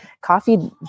coffee